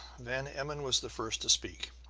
van emmon was the first to speak.